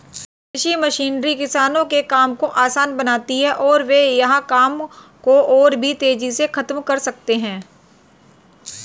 कृषि मशीनरी किसानों के काम को आसान बनाती है और वे वहां काम को और भी तेजी से खत्म कर सकते हैं